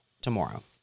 tomorrow